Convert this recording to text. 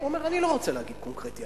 הוא אומר: אני לא רוצה להגיד קונקרטי,